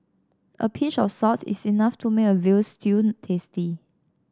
a pinch of salt is enough to make a veal stew tasty